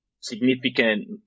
significant